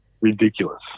ridiculous